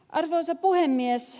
arvoisa puhemies